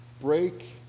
Break